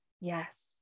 Yes